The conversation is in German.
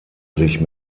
sich